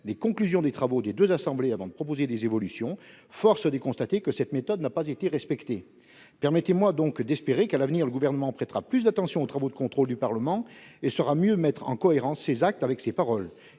les conclusions des travaux des deux assemblées avant de proposer des évolutions. Force est de constater que cette méthode n'a pas été respectée. Permettez-moi donc d'espérer qu'à l'avenir le Gouvernement prêtera plus d'attention aux travaux de contrôle du Parlement et saura mieux mettre en cohérence ses actes avec ses paroles.